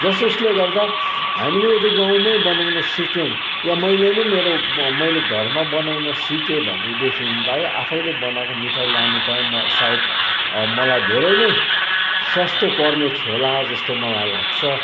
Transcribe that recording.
जसोसले गर्दा हामीले यदि गाउँमै बनाउनु सिक्यौँ वा मैले नै मेरो मेरो घरमा बनाउन सिकेँ भने देखिलाई आफैले बनाएको मिठाई लानु पाएँ म सायद मलाई धेरै नै सस्तो पर्ने थियो होला जस्तो मलाई लाग्छ